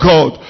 God